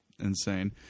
insane